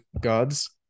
gods